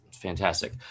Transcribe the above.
Fantastic